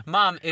Mom